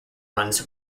runs